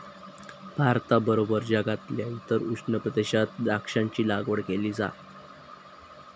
भारताबरोबर जगातल्या इतर उष्ण प्रदेशात द्राक्षांची लागवड केली जा